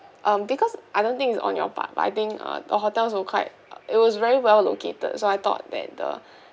um because I don't think is on your part but I think uh the hotels were quite it was very well located so I thought that the